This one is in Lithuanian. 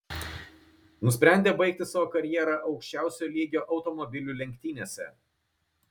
nusprendė baigti savo karjerą aukščiausio lygio automobilių lenktynėse